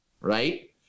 right